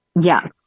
yes